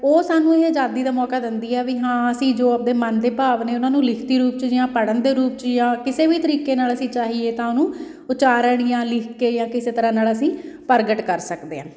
ਉਹ ਸਾਨੂੰ ਇਹ ਆਜ਼ਾਦੀ ਦਾ ਮੌਕਾ ਦਿੰਦੀ ਆ ਵੀ ਹਾਂ ਅਸੀਂ ਜੋ ਆਪਣੇ ਮਨ ਦੇ ਭਾਵ ਨੇ ਉਹਨਾਂ ਨੂੰ ਲਿਖਤੀ ਰੂਪ 'ਚ ਜਾਂ ਪੜ੍ਹਨ ਦੇ ਰੂਪ 'ਚ ਜਾਂ ਕਿਸੇ ਵੀ ਤਰੀਕੇ ਨਾਲ ਅਸੀਂ ਚਾਹੀਏ ਤਾਂ ਉਹਨੂੰ ਉਚਾਰਨ ਜਾਂ ਲਿਖ ਕੇ ਜਾਂ ਕਿਸੇ ਤਰ੍ਹਾਂ ਨਾਲ ਅਸੀਂ ਪ੍ਰਗਟ ਕਰ ਸਕਦੇ ਹਾਂ